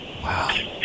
Wow